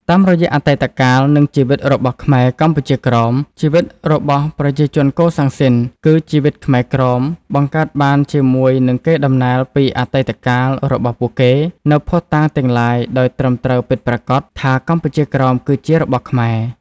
តាមរយៈអតីតកាល និងជីវិតរបស់ខ្មែរកម្ពុជាក្រោម ជីវិតរបស់ប្រជាជនកូសាំងស៊ីន គឺជីវិតខ្មែរក្រោម បង្កើតបានជាមួយនិងកេរដំណែលពីអតីតកាលរបស់ពួកគេ នូវភស្តុតាងទាំងឡាយដោយត្រឹមត្រូវពិតប្រាកដថា កម្ពុជាក្រោម គឺជារបស់ខ្មែរ ។